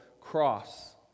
cross